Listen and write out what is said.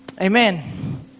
Amen